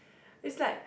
it's like